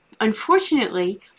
Unfortunately